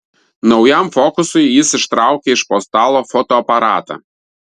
naujam fokusui jis ištraukė iš po stalo fotoaparatą